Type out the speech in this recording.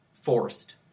forced